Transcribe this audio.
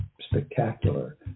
spectacular